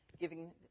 Giving